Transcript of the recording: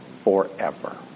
forever